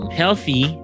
healthy